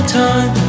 time